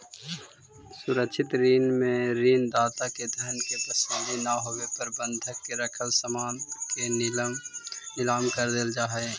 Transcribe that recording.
सुरक्षित ऋण में ऋण दाता के धन के वसूली ना होवे पर बंधक के रखल सामान के नीलाम कर देल जा हइ